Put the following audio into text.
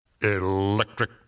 Electric